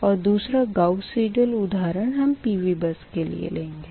और दूसरा Gauss Seidel उधारण हम PV बस के लिए लेंगे